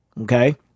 okay